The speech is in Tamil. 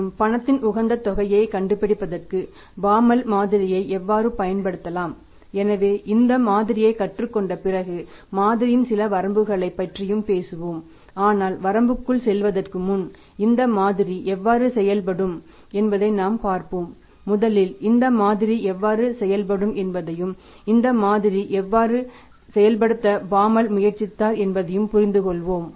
மற்றும் பணத்தின் உகந்த தொகையைக் கண்டுபிடிப்பதற்கு பாமால் முயற்சித்தார் என்பதையும் புரிந்துகொள்வோம்